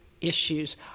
issues